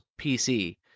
PC